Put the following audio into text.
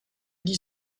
dit